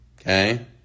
Okay